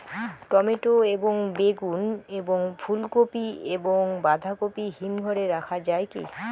Tomato এবং বেগুন এবং ফুলকপি এবং বাঁধাকপি হিমঘরে রাখা যায় কি?